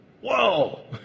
Whoa